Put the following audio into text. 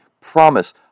promise